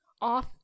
off